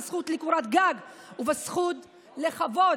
בזכות לקורת גג ובזכות לכבוד.